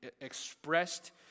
expressed